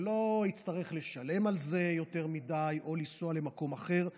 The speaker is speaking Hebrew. ולא יצטרך לשלם על זה יותר מדי או לנסוע למקום אחר וכו'